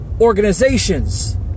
organizations